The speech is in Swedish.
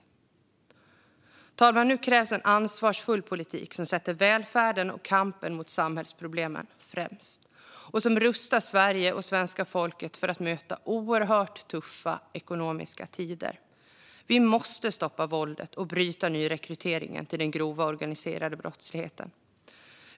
Fru talman! Nu krävs en ansvarsfull politik som sätter välfärden och kampen mot samhällsproblemen främst och som rustar Sverige och svenska folket för att möta oerhört tuffa ekonomiska tider. Vi måste stoppa våldet och bryta nyrekryteringen till den grova organiserade brottsligheten.